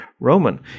Roman